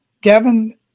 Gavin